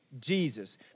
Jesus